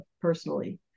personally